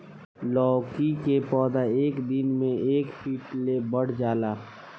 लैकी के पौधा एक दिन मे एक फिट ले बढ़ जाला